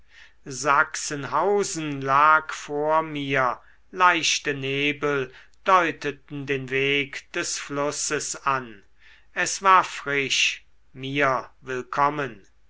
sachsenhausen lag vor mir leichte nebel deuteten den weg des flusses an es war frisch mir willkommen